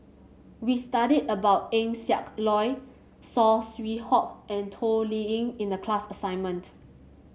we studied about Eng Siak Loy Saw Swee Hock and Toh Liying in the class assignment